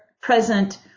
present